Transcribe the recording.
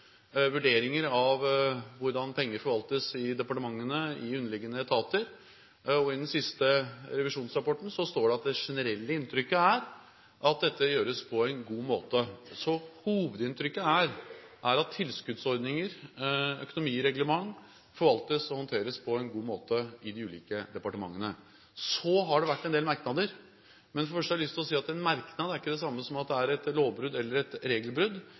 vurderinger av hvordan pengene forvaltes i departementene, i underliggende etater, og i den siste revisjonsrapporten står det at det generelle inntrykket er at dette gjøres på en god måte. Så hovedinntrykket er at tilskuddsordninger og økonomireglement forvaltes og håndteres på en god måte i de ulike departementene. Så har det vært en del merknader, men først har jeg lyst til å si at en merknad ikke er det samme som at det er et lovbrudd eller et regelbrudd.